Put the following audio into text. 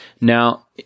Now –